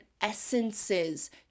essences